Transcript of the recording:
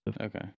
Okay